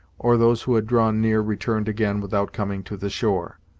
or those who had drawn near returned again without coming to the shore.